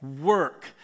Work